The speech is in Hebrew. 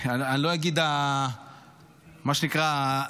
מה שנקרא,